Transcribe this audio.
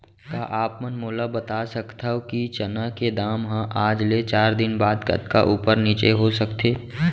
का आप मन मोला बता सकथव कि चना के दाम हा आज ले चार दिन बाद कतका ऊपर नीचे हो सकथे?